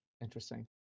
Interesting